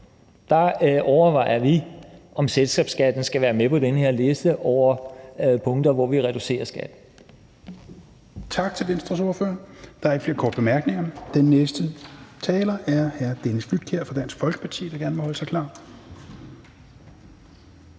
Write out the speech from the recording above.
vil overveje, om selskabsskatten skal være med på den her liste over, hvor vi vil reducere skatten.